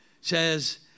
says